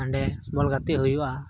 ᱦᱟᱸᱰᱮ ᱵᱚᱞ ᱜᱟᱛᱮᱜ ᱦᱩᱭᱩᱜᱼᱟ